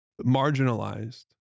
marginalized